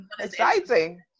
exciting